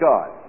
God